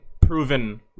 proven